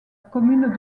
commune